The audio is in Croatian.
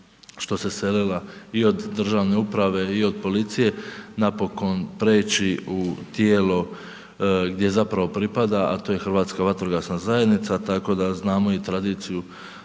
što se selila i od državne uprave i od policije, napokon preći u tijelo, gdje zapravo pripada, a to je Hrvatska vatrogasna zajednica, tako da znamo i tradiciju